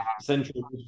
Central